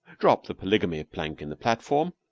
drop the polygamy plank in the platform,